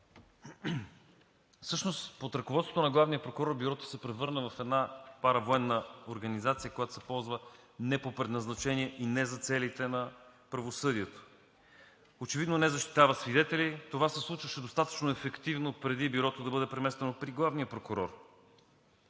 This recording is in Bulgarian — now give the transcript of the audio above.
Всъщност под ръководството на главния прокурор Бюрото се превърна в една паравоенна организация, която се ползва не по предназначение и не за целите на правосъдието, очевидно не защитава свидетели. Това се случваше достатъчно ефективно преди Бюрото да бъде преместено при